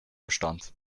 bestand